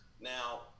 now